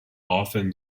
often